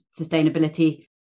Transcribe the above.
sustainability